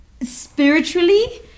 spiritually